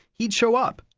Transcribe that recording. he'd show up.